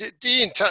Dean